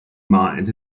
mined